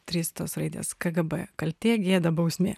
trys tos raidės kgb kaltė gėda bausmė